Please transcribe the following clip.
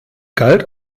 galt